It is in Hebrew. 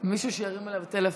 שמישהו ירים אליו טלפון.